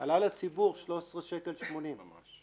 עלה לציבור 13.80. ממש.